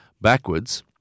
backwards